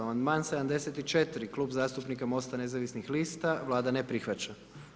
Amandman 74., Klub zastupnika MOST-a nezavisnih lista, Vlada ne prihvaća.